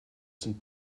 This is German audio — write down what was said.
sind